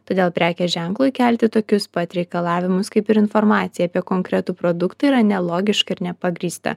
todėl prekės ženklui kelti tokius pat reikalavimus kaip ir informacijai apie konkretų produktą yra nelogiška ir nepagrįsta